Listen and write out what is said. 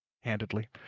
handedly